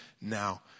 now